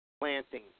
planting